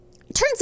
turns